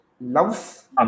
loves